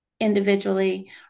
individually